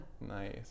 Nice